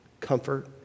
comfort